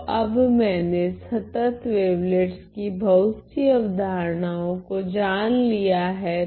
तो अब मैंने संतत् वेवलेट्स कि बहुत सी अवधारणाओं को जान लिया हैं